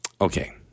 Okay